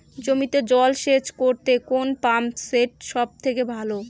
জমিতে জল সেচ করতে কোন পাম্প সেট সব থেকে ভালো?